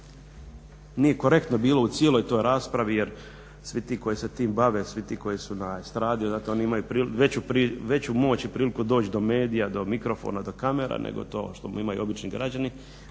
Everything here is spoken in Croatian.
nije korektno bilo u cijeloj toj raspravi jer svi ti koji se tim bave, svi ti koji su na estradi, dakle oni imaju veću moć i priliku doći do medija, do mikrofona, do kamera nego to što imaju obični građani,